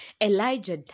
Elijah